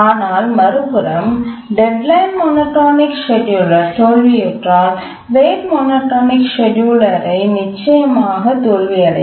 ஆனால் மறுபுறம் deadline monotonic scheduler தோல்வியுற்றால் ரேட் மோனோடோனிக் ஸ்கேட்யூலர் நிச்சயமாக தோல்வியடையும்